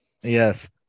Yes